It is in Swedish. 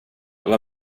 vad